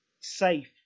safe